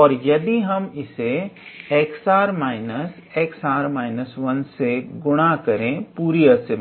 और यदि हम इसे 𝑥𝑟−𝑥𝑟−1 से गुणा करेंगे